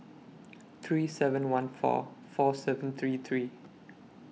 three seven fourteen four seven three three